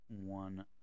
One